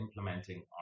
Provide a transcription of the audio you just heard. implementing